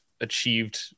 achieved